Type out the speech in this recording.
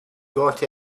got